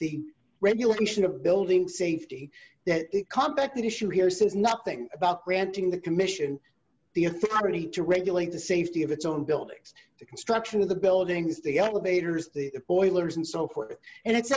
the regulation of building safety that it come back that issue here says nothing about granting the commission the authority to regulate the safety of its own buildings the construction of the buildings the elevators the boilers and so forth and it